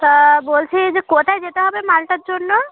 তা বলছি যে কটায় যেতে হবে মালটার জন্য